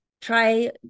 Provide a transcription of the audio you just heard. Try